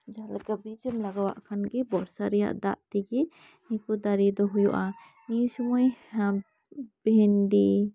ᱫᱟᱨᱮ ᱠᱚ ᱵᱤᱪ ᱮᱢ ᱞᱟᱜᱟᱣᱟᱜ ᱠᱷᱟᱱ ᱜᱮ ᱵᱚᱨᱥᱟ ᱨᱮᱭᱟᱜ ᱫᱟᱜ ᱛᱮᱜᱮ ᱯᱤᱯᱟᱹ ᱫᱟᱨᱮ ᱫᱚ ᱦᱩᱭᱩᱜᱼᱟ ᱱᱤᱭᱟᱹ ᱥᱩᱢᱟᱹᱭ ᱟᱢ ᱵᱷᱤᱱᱰᱤ